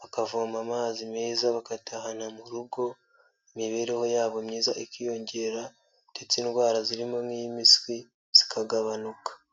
bakavoma amazi meza bagatahana mu rugo imibereho yabo myiza ikiyongera ndetse indwara zirimo nk'iyimpiswi zikagabanuka.